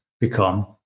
become